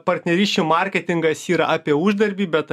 partnerysčių marketingas yra apie uždarbį bet